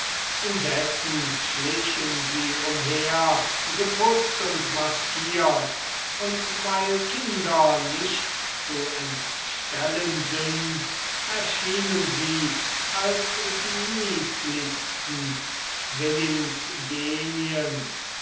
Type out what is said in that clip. indessen schlichen sie umher geputzt und maskiert und weil kinder nicht zu entstellen sind erschienen sie als die niedlichsten